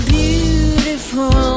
beautiful